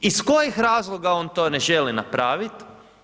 Iz kojih razloga on to ne želi napraviti?